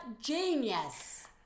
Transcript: genius